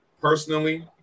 personally